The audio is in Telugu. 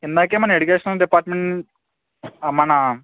ఇందాకే మన ఎడ్యుకేషన్ డిపార్ట్మెంట్ మన